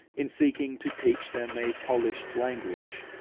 in seeking to teach them a polished language.